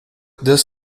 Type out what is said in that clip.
this